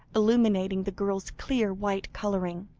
illuminating the girl's clear white colouring,